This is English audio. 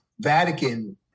Vatican